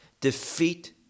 Defeat